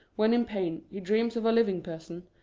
when in pain, he dreams of a living person,